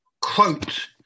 quote